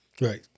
Right